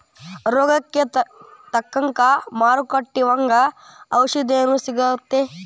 ರೋಗಕ್ಕ ತಕ್ಕಂಗ ಮಾರುಕಟ್ಟಿ ಒಂಗ ಔಷದೇನು ಸಿಗ್ತಾವ